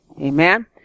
Amen